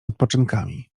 odpoczynkami